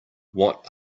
what